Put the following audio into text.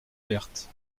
vertes